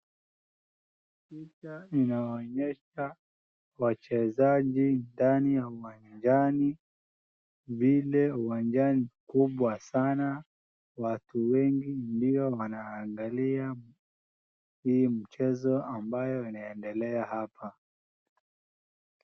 Picha inaonyesha wachezaji ndani ya uwanjani vile uwanjani kubwa sana watu wengi ndio wanaangalia hii mchezo ambayo inaendelea hapa.